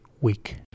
week